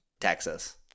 Texas